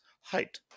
height